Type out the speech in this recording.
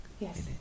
Yes